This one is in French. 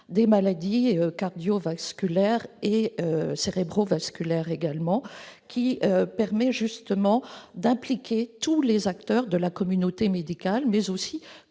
des maladies cardio-vasculaires et cérébro-vasculaires qui permet d'impliquer tous les acteurs de la communauté médicale, mais aussi